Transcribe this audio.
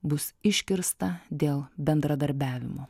bus iškirsta dėl bendradarbiavimo